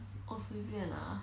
我随便 lah